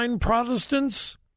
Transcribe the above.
Protestants